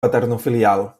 paternofilial